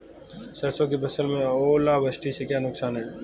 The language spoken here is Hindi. सरसों की फसल में ओलावृष्टि से क्या नुकसान है?